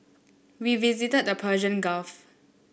we visited the Persian Gulf